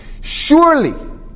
Surely